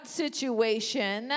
situation